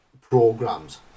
programs